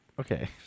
Okay